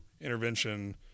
intervention